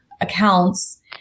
accounts